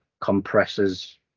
Compressors